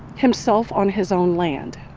himself, on his own land.